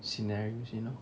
scenarios you know